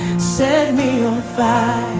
set me on fire